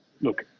look